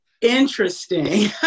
Interesting